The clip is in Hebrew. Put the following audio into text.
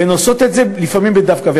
והן עושות את זה לפעמים ב"דווקא".